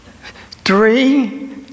three